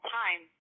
time